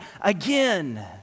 again